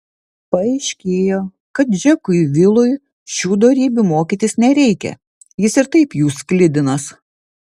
paaiškėjo kad džekui vilui šių dorybių mokytis nereikia jis ir taip jų sklidinas